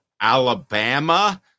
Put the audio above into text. Alabama